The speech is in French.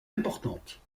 importante